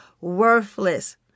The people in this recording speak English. worthless